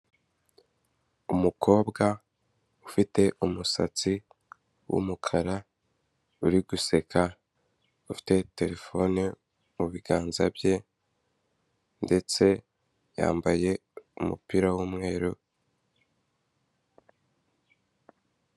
Umukobwa ufite umusatsi w'umukara uri guseka ufite terefone mu biganza bye ndetse yambaye umupira w'umweru.